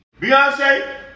Beyonce